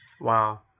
Wow